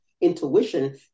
intuition